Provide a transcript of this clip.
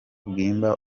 bwimba